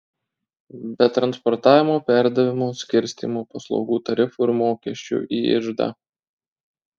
be transportavimo perdavimo skirstymo paslaugų tarifų ir mokesčių į iždą